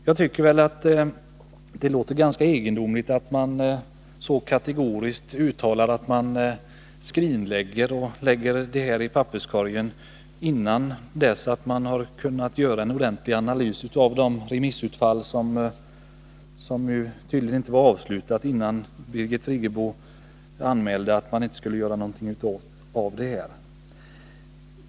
Jag tycker det är ganska egendomligt att så kategoriskt uttala att man lägger förslagen i papperskorgen, innan man har kunnat göra en ordentlig analys av utfallet av remissomgången, som tydligen inte var avslutad, innan Birgit Friggebo anmälde att man inte skulle göra någonting av det hela.